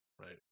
right